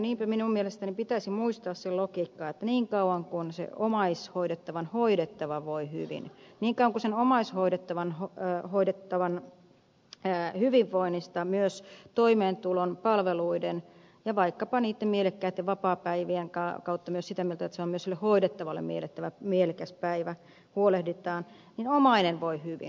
niinpä minun mielestäni pitäisi muistaa se logiikka että niin kauan kuin se omaishoidettavan hoitaja voi hyvin niin kauan kuin omaishoitajan hyvinvoinnista myös toimeentulon palveluiden ja vaikkapa niitten mielekkäitten vapaapäivien kautta myös huolehditaan siten että se on myös sille hoidettavalle mielekäs päivä niin omainen voi hyvin